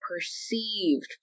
perceived